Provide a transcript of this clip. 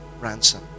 ransom